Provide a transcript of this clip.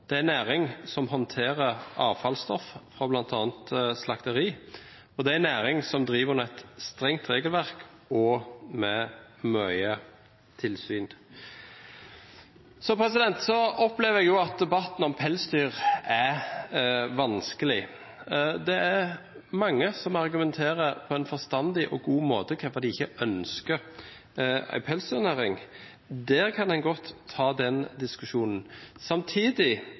Det er en næring som håndterer avfallsstoff fra bl.a. slakteri. Og det er en næring som driver under et strengt regelverk og med mye tilsyn. Jeg opplever at debatten om pelsdyr er vanskelig. Det er mange som argumenterer på en forstandig og god måte for hvorfor de ikke ønsker en pelsdyrnæring. Der kan en godt ta den diskusjonen. Samtidig